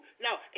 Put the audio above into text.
Now